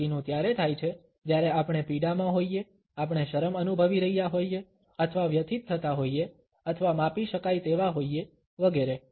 બાકીનું ત્યારે થાય છે જ્યારે આપણે પીડામાં હોઈએ આપણે શરમ અનુભવી રહ્યા હોઇએ અથવા વ્યથિત થતા હોઇએ અથવા માપી શકાય તેવા હોઇએ વગેરે